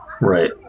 Right